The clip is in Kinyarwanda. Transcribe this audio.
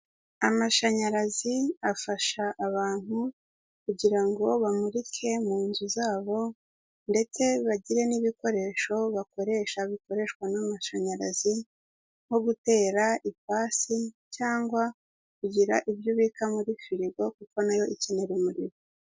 Amashanyarazi afasha abantu kugira ngo bamurike mu nzu zabo ndetse bagire n'ibikoresho bakoresha bikoreshwa n'amashanyarazi, nko gutera ipasi cyangwa kugira ibyo ubika muri firigo, kuko na yo ikenera umuriro.